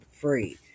free